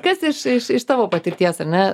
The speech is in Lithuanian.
kas iš iš iš tavo patirties ar ne